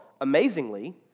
amazingly